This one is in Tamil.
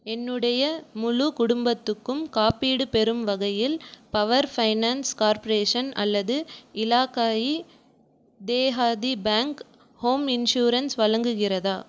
என்னுடைய முழு குடும்பத்துக்கும் காப்பீடு பெறும் வகையில் பவர் ஃபைனான்ஸ் கார்ப்ரேஷன் அல்லது Ellaquai Dehati bank home insurance வழங்குகிறதா